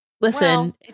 listen